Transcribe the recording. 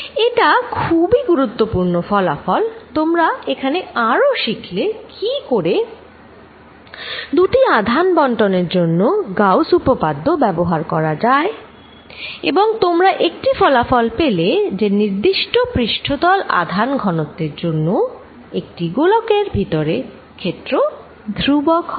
এটা খুব গুরুত্বপূর্ণ ফলাফল তোমরা এখানে আরো শিখলে কি করে দুটি আধান বণ্টনের জন্য গাউস উপপাদ্য ব্যবহার করা যায় এবং তোমরা একটি ফলাফল পেলে যে একটি নির্দিষ্ট পৃষ্ঠতল আদান ঘনত্বের জন্য একটি গোলকের এর ভিতরে ক্ষেত্র ধ্রুবক হয়